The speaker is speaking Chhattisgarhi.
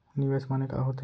निवेश माने का होथे?